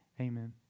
amen